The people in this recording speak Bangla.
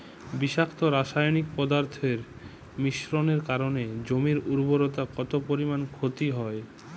বিষাক্ত রাসায়নিক পদার্থের মিশ্রণের কারণে জমির উর্বরতা কত পরিমাণ ক্ষতি হয়?